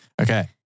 Okay